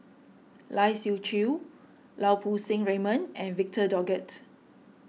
Lai Siu Chiu Lau Poo Seng Raymond and Victor Doggett